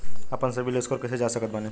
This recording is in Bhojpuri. आपन सीबील स्कोर कैसे जांच सकत बानी?